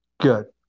good